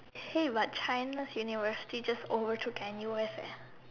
hey but China's university just overtook N_U_S eh